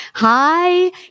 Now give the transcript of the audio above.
Hi